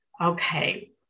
okay